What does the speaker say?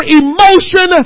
emotion